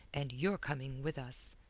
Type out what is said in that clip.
and you're coming with us.